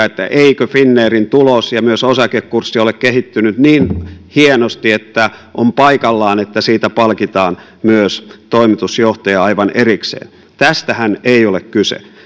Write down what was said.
että eikö finnairin tulos ja myös osakekurssi ole kehittynyt niin hienosti että on paikallaan että siitä palkitaan myös toimitusjohtajaa aivan erikseen tästähän ei ole kyse